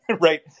right